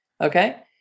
okay